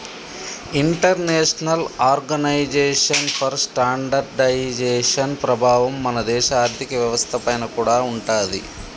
international organization for standardization ప్రభావం మన దేశ ఆర్ధిక వ్యవస్థ పైన కూడా ఉంటాది